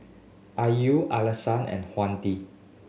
Ayu Alyssa and Hayati